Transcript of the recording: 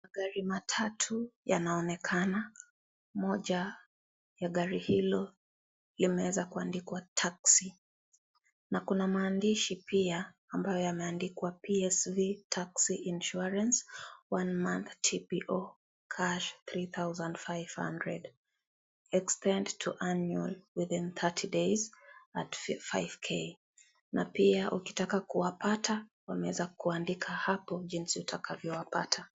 Magari matatu yanaonekana, moja ya gari hilo limeweza kuandikwa (cs)taxi(cs) na kuna mandishi pia ambayo yameandikwa (cs)PSV tax insurance one month TPO ksh 3500 extend to annual within 30days at 5k (cs)na pia ukitaka kuwapata wameweza kuandika hapo jinsi utakavyowapata.